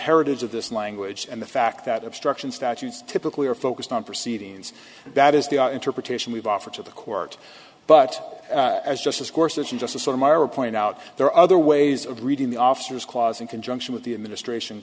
heritage of this language and the fact that obstruction statutes typically are focused on proceedings that is the interpretation we've offered to the court but as justice courses in justice or myra pointed out there are other ways of reading the officers clause in conjunction with the administration